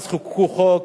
אז חוקקו חוק